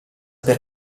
per